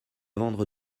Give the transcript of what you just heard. vendre